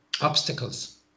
obstacles